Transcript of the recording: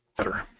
better